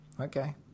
okay